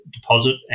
deposit